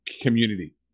community